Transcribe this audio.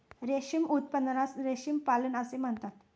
रेशीम उत्पादनास रेशीम पालन असे म्हणतात